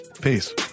Peace